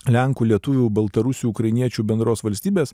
lenkų lietuvių baltarusių ukrainiečių bendros valstybės